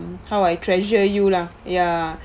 how I treasure you lah ya